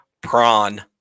prawn